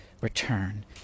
return